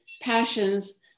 passions